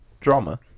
drama